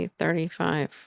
thirty-five